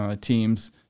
teams